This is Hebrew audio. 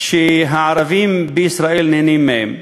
שהערבים בישראל נהנים מהן.